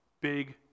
big